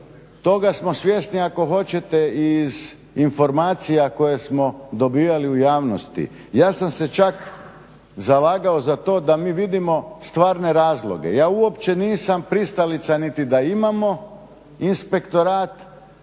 toga smo svjesni ako hoćete i iz informacija koje smo dobijali u javnosti. Ja sam se čak zalagao za to da mi vidimo stvarne razloge. Ja uopće nisam pristalica niti da imamo inspektorat.